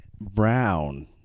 brown